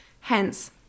hence